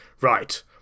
Right